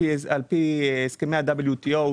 על-פי הסכמי WTO,